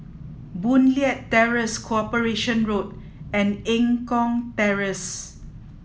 Boon Leat Terrace Corporation Road and Eng Kong Terrace